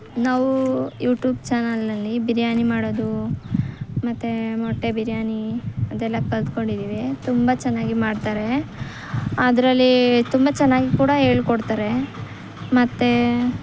ನಾವು ಯೂಟ್ಯೂಬ್ ಚಾನಲ್ನಲ್ಲಿ ಬಿರಿಯಾನಿ ಮಾಡೋದು ಮತ್ತು ಮೊಟ್ಟೆ ಬಿರಿಯಾನಿ ಅದೆಲ್ಲ ಕಲೆತ್ಕೊಂಡಿದ್ದೀವಿ ತುಂಬ ಚೆನ್ನಾಗಿ ಮಾಡ್ತಾರೆ ಅದರಲ್ಲಿ ತುಂಬ ಚೆನ್ನಾಗಿ ಕೂಡ ಹೇಳ್ಕೊಡ್ತಾರೆ ಮತ್ತು